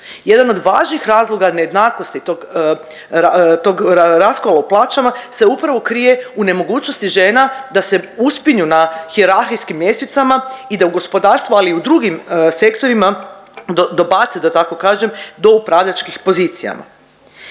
Jedan od važnih razloga nejednakosti tog, tog raskola u plaćama se upravo krije u nemogućnosti žena da se uspinju na hijerarhijskim ljestvicama i da u gospodarstvu, ali i u drugim sektorima dobace da tako kažem do upravljačkih pozicija.